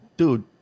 Dude